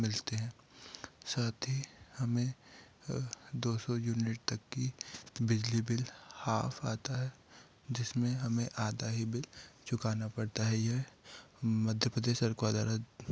मिलते हैं साथ ही हमें दो सौ यूनिट तक की बिजली बिल हाफ आता है जिसमें हमें आधा ही बिल चुकाना पड़ता है यह मध्य प्रदेश सरकार द्वारा